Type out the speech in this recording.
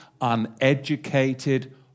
uneducated